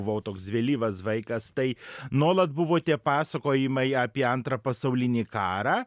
buvau toks vėlyvaz vaikas tai nuolat buvo tie pasakojimai apie antrą pasaulinį karą